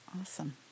awesome